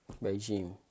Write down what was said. regime